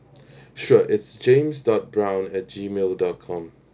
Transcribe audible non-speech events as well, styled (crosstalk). (breath) sure it's james dot brown at gmail dot com